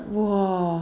!wow!